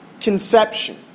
conception